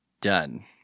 Done